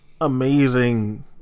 amazing